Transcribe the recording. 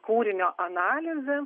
kūrinio analize